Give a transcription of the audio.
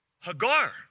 Hagar